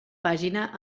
pàgina